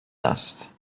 است